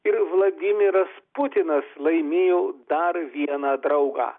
ir vladimiras putinas laimėjo dar vieną draugą